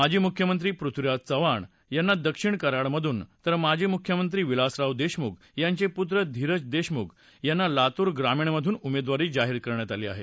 माजी मुख्यमंत्री पृथ्वीराज चव्हाण यांना दक्षिण कराडमधून तर माजी मुख्यमंत्री विलासराव देशमुख यांचे पुत्र धीरज देशमुख यांना लातूर ग्रामीण मधून उमेदवारी दिली आहे